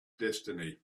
destiny